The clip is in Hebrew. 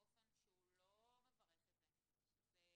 באופן שהוא לא מברך את זה שזה